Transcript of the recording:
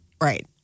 Right